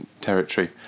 territory